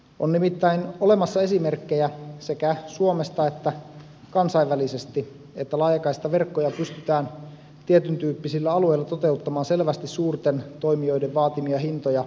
on nimittäin olemassa esimerkkejä sekä suomesta että kansainvälisesti että laajakaistaverkkoja pystytään tietyntyyppisillä alueilla toteuttamaan selvästi suurten toimijoiden vaatimia hintoja edullisemmin